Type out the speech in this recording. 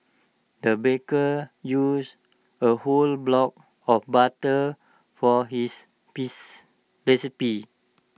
the baker used A whole block of butter for his recipy